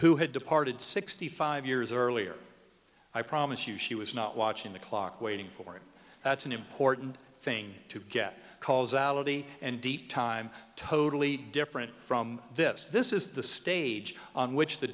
who had departed sixty five years earlier i promise you she was not watching the clock waiting for him that's an important thing to get calls out and deep time totally different from this this is the stage on which the